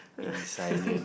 in silence